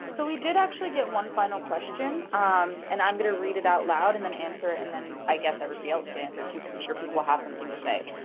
so we did actually get one final question um and i'm gonna read it out loud and then answer it and then, i guess, everybody else can answer too cause i'm sure people will have something to say.